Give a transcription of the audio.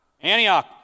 Antioch